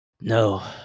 No